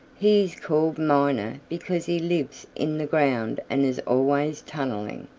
he is called miner because he lives in the ground and is always tunneling.